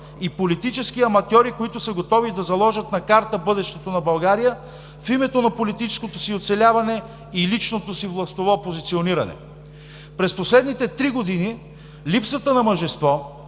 и политически аматьори, които са готови да заложат на карта бъдещето на България в името на политическото си оцеляване и личното си властово позициониране. През последните три години липсата на мъжество,